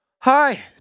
Hi